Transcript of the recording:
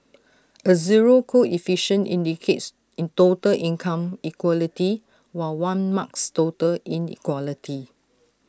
A zero coefficient indicates total income equality while one marks total inequality